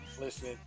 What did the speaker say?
Listen